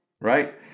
right